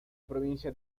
provincia